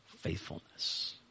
faithfulness